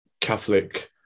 Catholic